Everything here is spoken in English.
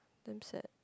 damn sad